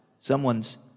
someone's